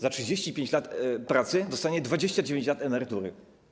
Za 35 lat pracy dostanie 29 lat emerytury.